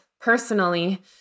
personally